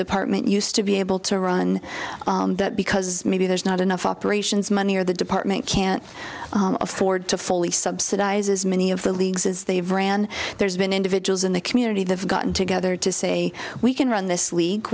department used to be able to run that because maybe there's not enough operations money or the department can't afford to fully subsidizes many of the leagues is they've ran there's been individuals in the community they've gotten together to say we can run this